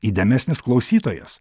įdėmesnis klausytojas